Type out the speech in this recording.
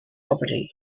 property